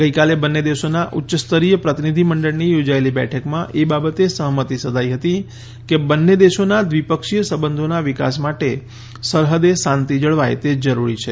ગઈકાલે બંન્ને દેશોનાં ઉચ્ય સ્તરીય પ્રતિનિધીમંડળની યોજાયેલી બેઠકમાં એ બાબતે સહમતી સઘાઈ હતી કે બંન્ને દેશોના દ્રિપક્ષીય સંબંધોનાં વિકાસ માટે સરહદે શાંતિ જળવાય તે જરૂરી છે